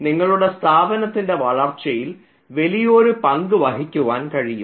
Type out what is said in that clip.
നിങ്ങളുടെ സ്ഥാപനത്തിൻറെ വളർച്ചയിൽ വലിയൊരു പങ്കു വഹിക്കാൻ കഴിയും